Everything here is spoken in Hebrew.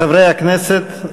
חברי הכנסת,